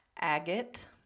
Agate